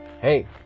hey